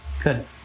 good